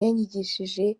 yanyigishije